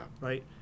right